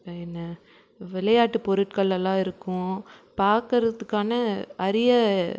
அப்புறம் என்ன விளையாட்டு பொருட்களெல்லாம் இருக்கும் பார்க்குறதுக்கான அரிய